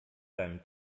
deinem